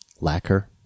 lacquer